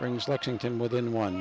brings lexington within one